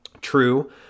true